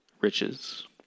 riches